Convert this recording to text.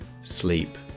sleep